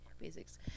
basics